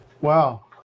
Wow